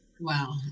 Wow